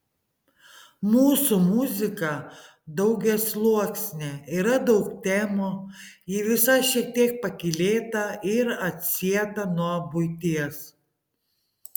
mūsų muzika daugiasluoksnė yra daug temų ji visa šiek tiek pakylėta ir atsieta nuo buities